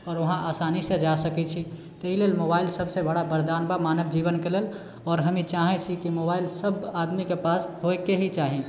आओर वहाँ आसानीसँ जा सकैत छी तऽ एहि लेल मोबाइल सभसँ बड़ा वरदान बा मानव जीवनके लेल आओर हम ई चाहैत छी कि मोबाइल सभ आदमीके पास होइके ही चाही